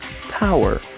power